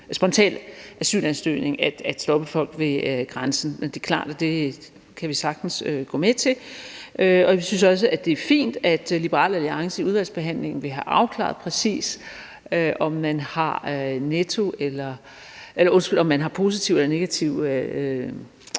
spontan asylansøgning at stoppe folk ved grænsen. Det er klart, at det kan vi sagtens gå med til. Vi synes også, det er fint, at Liberal Alliance i udvalgsbehandlingen vil have afklaret præcis, om man har positive eller negative